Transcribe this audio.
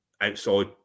outside